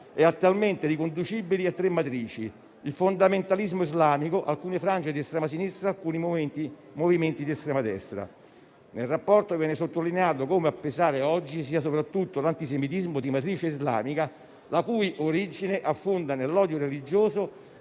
e attualmente riconducibili a tre matrici: il fondamentalismo islamico; alcune frange di estrema sinistra; alcuni movimenti di estrema destra; nel rapporto viene sottolineato come a pesare, oggi, sia soprattutto "l'antisemitismo di matrice islamica, la cui origine affonda nell'odio religioso